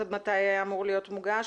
עד מתי אמור להיות מוגש,